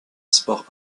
sport